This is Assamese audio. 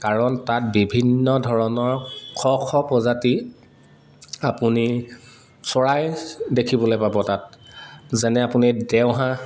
কাৰণ তাত বিভিন্ন ধৰণৰ শ শ প্ৰজাতি আপুনি চৰাই দেখিবলৈ পাব তাত যেনে আপুনি দেওহাঁহ